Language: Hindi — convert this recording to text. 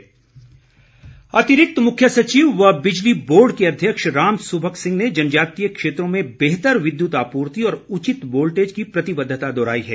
बिजली बोर्ड अतिरिक्त मुख्य सचिव व बिजली बोर्ड के अध्यक्ष राम सुभग सिंह ने जनजातीय क्षेत्रों में बेहतर विद्युत आपूर्ति और उचित वोल्टेज की प्रतिबद्धता दोहराई है